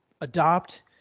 adopt